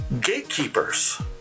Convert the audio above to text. gatekeepers